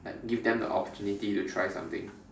like give them the opportunity to try something